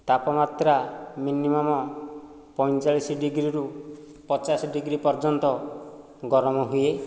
ତାପମାତ୍ରା ମିନିମମ୍ ପଇଁଚାଳିଶି ଡିଗ୍ରୀରୁ ପଚାଶ ଡିଗ୍ରୀ ପର୍ଯ୍ୟନ୍ତ ଗରମ ହୁଏ